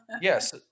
Yes